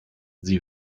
sie